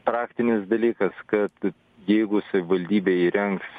praktinis dalykas kad jeigu savivaldybė įrengs